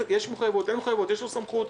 יש מחויבות/ אין מחויבות/ יש לו סמכות,